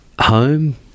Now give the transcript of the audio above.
home